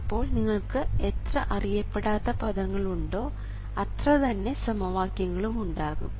അപ്പോൾ നിങ്ങൾക്ക് എത്ര അറിയപ്പെടാത്ത പദങ്ങൾ ഉണ്ടോ അത്രതന്നെ സമവാക്യങ്ങളും ഉണ്ടാകും